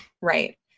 Right